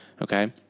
okay